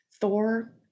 Thor